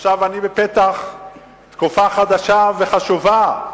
עכשיו אני בפתח תקופה חדשה וחשובה,